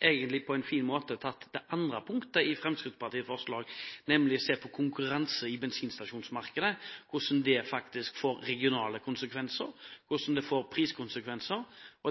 egentlig på en fin måte tatt det andre punktet i Fremskrittspartiets forslag, nemlig å se på konkurransen i bensinstasjonsmarkedet – hvordan det faktisk får regionale konsekvenser og priskonsekvenser.